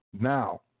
Now